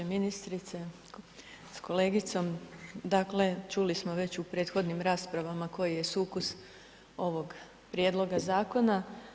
Ministrice s kolegicom, dakle čuli smo već u prethodnim raspravama koji je sukus ovog prijedloga zakona.